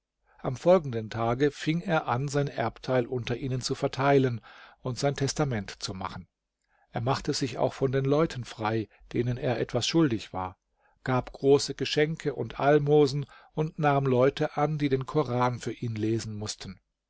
am folgenden tage fing er an sein erbteil unter ihnen zu verteilen und sein testament zu machen er machte sich auch von den leuten frei denen er etwas schuldig war gab große geschenke und almosen und nahm leute an die den koran für ihn lesen mußten